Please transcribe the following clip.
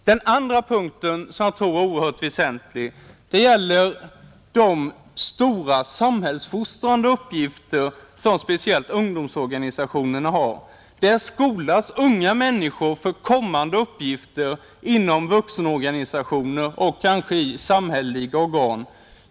Den andra punkten, som jag tror är oerhört väsentlig, gäller de stora samhällsfostrande uppgifter som speciellt ungdomsorganisationerna har. Där skolas unga människor för kommande uppgifter inom vuxenorganisationer och kanske i samhälleliga organ.